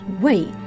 Wait